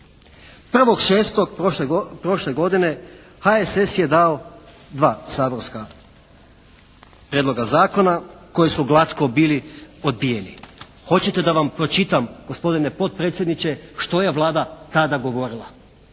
1.6. prošle godine HSS je dao 2 saborska prijedloga zakona koji su glatko bili odbijeni. Hoćete da vam pročitam gospodine potpredsjedniče što je Vlada tada govorila?